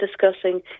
discussing